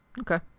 Okay